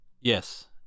yes